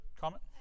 comment